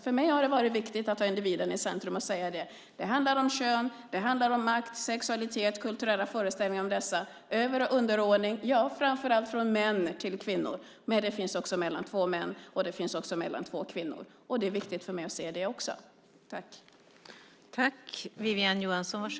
För mig har det varit viktigt att ha individen i centrum och säga att det handlar om makt, sexualitet och kulturella föreställningar om dessa. Över och underordningen gäller framför allt män gentemot kvinnor, men den finns också mellan två män eller två kvinnor. Det är viktigt för mig att se det också.